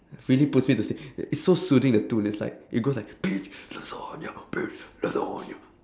really puts me to sleep it's so soothing the tune it's like it goes like bitch lasagna bitch lasagna